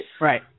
Right